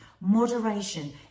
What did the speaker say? moderation